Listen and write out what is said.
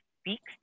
speaks